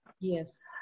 yes